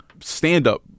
stand-up